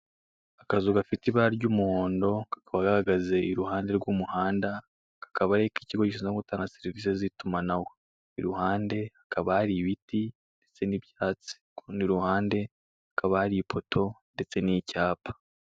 Akazu gafite ibara ry'umuhondo , kakaba gahagaze iruhande rw'umuhanda; kakaba ari ak' ikigo gishinzwe gutanga serivise z'itumanaho. Iruhande hakaba hari ibiti ndetse n' ibyatsi, ku rundi ruhande hakaba hari ipoto ndetse n'icyapa.